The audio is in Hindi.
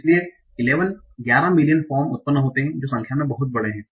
इसलिए 11 मिलियन फॉर्म उत्पन्न होते हैं जो कि संख्या में बहुत बड़े हैं